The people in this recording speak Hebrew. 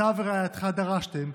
אתה ורעייתך דרשתם,